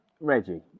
Reggie